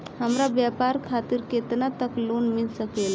हमरा व्यापार खातिर केतना तक लोन मिल सकेला?